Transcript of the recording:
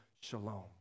shalom